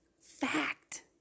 Fact